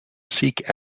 seek